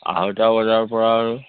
আঢ়ৈটা বজাৰ পৰা আৰু